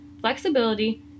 flexibility